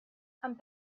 and